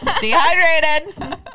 dehydrated